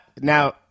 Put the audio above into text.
now